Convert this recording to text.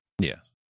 Yes